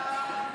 את הצעת